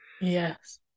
Yes